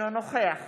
אינו נוכח